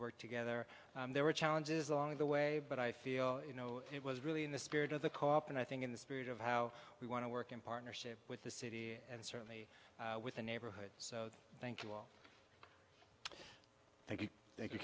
work together there were challenges along the way but i feel you know it was really in the spirit of the co op and i think in the spirit of how we want to work in partnership with the city and certainly with the neighborhood so thank you thank you thank you